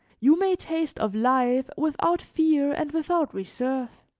you may taste of life without fear and without reserve